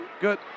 Good